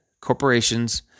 corporations